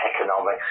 economics